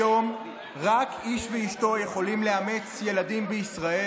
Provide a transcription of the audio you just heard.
היום רק איש ואשתו יכולים לאמץ ילדים בישראל.